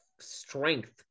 strength